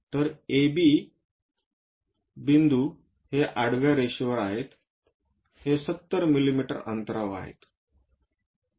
तर AB बिंदू हे आडवी रेषावर आहे हे 70 मिमी अंतरावर आहेत